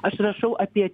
aš rašau apie